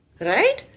Right